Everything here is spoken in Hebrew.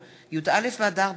ישראל אייכלר,